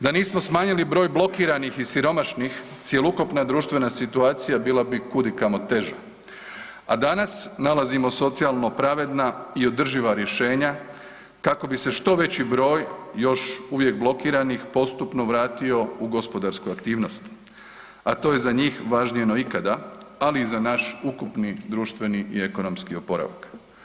Da nismo smanjili broj blokiranih i siromašnih, cjelokupna društvena situacija bila bi kudikamo teža, a danas nalazimo socijalno pravedna i održiva rješenja, kako bi se što veći broj još uvijek blokiranih postupno vratio u gospodarsku aktivnost, a to je za njih važnije no ikada, ali i za naš ukupni društveni i ekonomski oporavak.